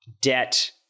debt